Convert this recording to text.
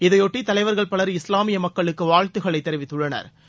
இதையொட்டி தலைவர்கள் பலர் இஸ்லாமிய மக்களுக்கு வாழ்த்து தெரிவித்துள்ளனா